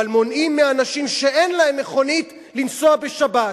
אבל מונעים מאנשים שאין להם מכונית לנסוע בשבת,